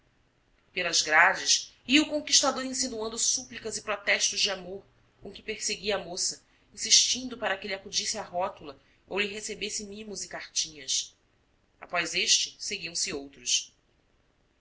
pelas grades ia o conquistador insinuando súplicas e protestos de amor com que perseguia a moça insistindo para que lhe acudisse à rótula ou lhe recebesse mimos e cartinhas após este seguiam-se outros